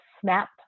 snap